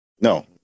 No